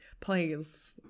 please